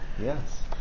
Yes